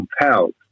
compelled